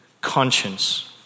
conscience